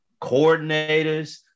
coordinators